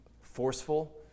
forceful